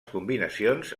combinacions